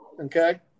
Okay